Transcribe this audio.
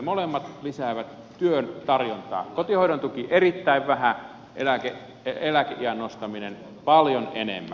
molemmat lisäävät työn tarjontaa kotihoidon tuki erittäin vähän eläkeiän nostaminen paljon enemmän